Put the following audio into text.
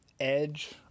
edge